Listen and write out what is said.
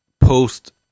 post